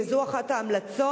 וזו אחת ההמלצות,